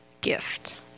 gift